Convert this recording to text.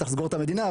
צריך לסגור את המדינה.